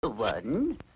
One